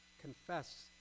Confess